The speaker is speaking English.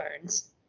burns